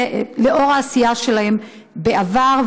לאור העשייה שלהם בעבר,